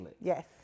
Yes